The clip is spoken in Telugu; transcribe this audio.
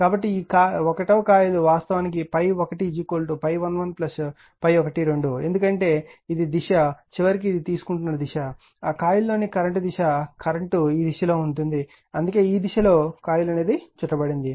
కాబట్టి ఈ కాయిల్ 1 వాస్తవానికి ∅1 ∅11 ∅12 ఎందుకంటే ఇది దిశ చివరికి ఇది తీసుకుంటున్న దిశ ఆ కాయిల్లోని కరెంట్ దిశ కరెంట్ ఈ దిశలో ఉంటుంది అందుకే ఈ దిశ లో కాయిల్ చుట్టబడింది